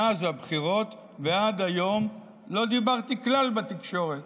מאז הבחירות ועד היום לא דיברתי כלל בתקשורת